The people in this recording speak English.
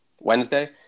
Wednesday